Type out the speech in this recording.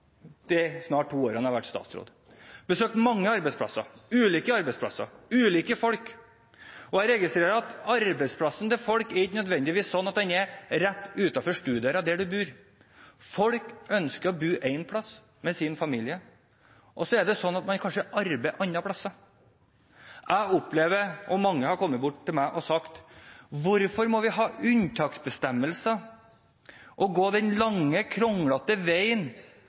de snart to årene jeg har vært statsråd. Jeg har besøkt mange arbeidsplasser, ulike arbeidsplasser, ulike folk, og jeg registrerer at arbeidsplassen til folk ikke nødvendigvis er rett utenfor stuedøra der de bor. Folk ønsker å bo ett sted med sin familie, og så er det kanskje sånn at man arbeider et annet sted. Jeg har opplevd at mange har kommet bort til meg og sagt: Hvorfor må vi ha unntaksbestemmelser og gå den lange, kronglete veien